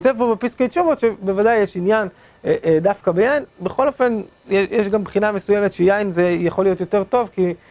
וכותב פה בפסקי תשובות שבוודאי יש עניין דווקא ביין, בכל אופן יש גם בחינה מסוימת שיין זה יכול להיות יותר טוב כי